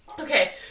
Okay